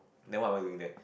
that one what you think